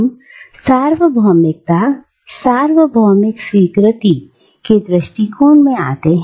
हम सार्वभौमिकता सार्वभौमिक स्वीकृति के दृष्टिकोण में आते हैं